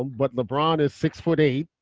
um but lebron is six foot eight.